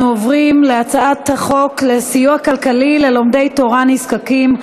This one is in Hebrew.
אנחנו עוברים להצעת החוק לסיוע כלכלי ללומדי תורה נזקקים,